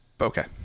okay